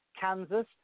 Kansas